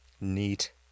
Neat